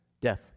death